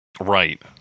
right